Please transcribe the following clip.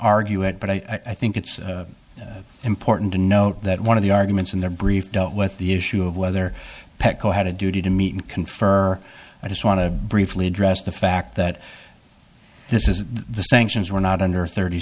argue it but i think it's important to note that one of the arguments in their brief dealt with the issue of whether petco had a duty to meet and confer i just want to briefly address the fact that this is the sanctions were not under thirty